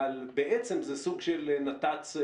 בעצם זה סוג של נת"צ.